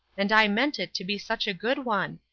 and i meant it to be such a good one!